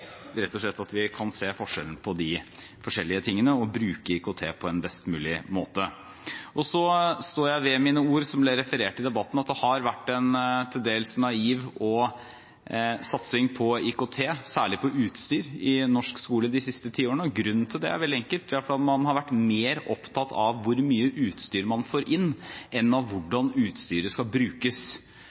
rett og slett kan se forskjellen på de forskjellige tingene og bruke IKT på en best mulig måte. Så står jeg ved mine ord som ble referert i debatten, at det har vært en til dels naiv satsing på IKT, særlig på utstyr, i norsk skole de siste ti årene. Grunnen til det er veldig enkel. Man har vært mer opptatt av hvor mye utstyr man får inn, enn av hvordan utstyret skal brukes.